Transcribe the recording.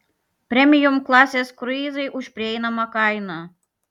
premium klasės kruizai už prieinamą kainą